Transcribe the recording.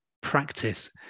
practice